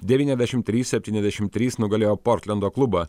devyniasdešim trys septyniasdešim trys nugalėjo portlendo klubą